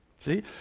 See